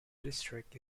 district